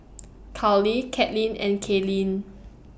Carlee Katlynn and Kaylyn